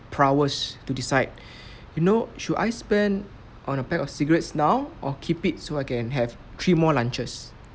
prowess to decide you know should I spend on a pack of cigarettes now or keep it so I can have three more lunches